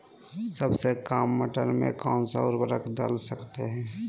सबसे काम मटर में कौन सा ऊर्वरक दल सकते हैं?